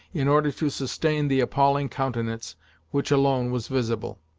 in order to sustain the appalling countenance which alone was visible.